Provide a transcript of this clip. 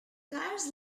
cars